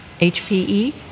HPE